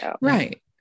Right